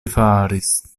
faris